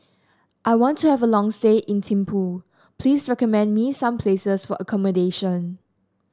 I want to have a long stay in Thimphu Please recommend me some places for accommodation